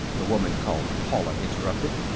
the woman called paula interrupted.